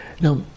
Now